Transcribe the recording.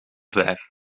vijf